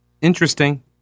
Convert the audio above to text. Interesting